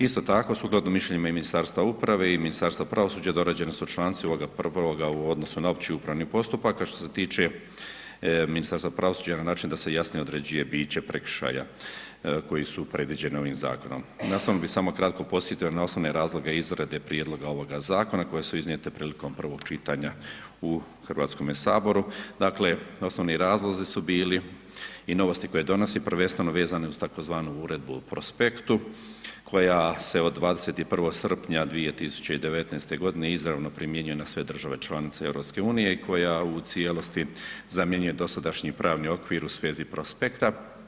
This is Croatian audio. Isto tako sukladno mišljenjima i Ministarstva uprave i Ministarstva pravosuđa dorađeni su članci … [[Govornik se ne razumije]] u odnosu na opći upravni postupak, a što se tiče Ministarstva pravosuđa na način da se jasno određuje biće prekršaja koji su predviđeni ovim zakonom. … [[Govornik se ne razumije]] bi samo kratko podsjetio na osnovne razloge izrade prijedloga ovoga zakona koje su iznijete prilikom prvog čitanja u HS, dakle osnovi razlozi su bili i novosti koje donosi prvenstveno vezani uz tzv. Uredbu o prospektu koja se od 21. srpnja 2019.g. izravno primjenjuje na sve države članice EU i koja u cijelosti zamjenjuje dosadašnji pravni okvir u svezi prospekta.